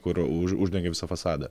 kur už uždengia visą fasadą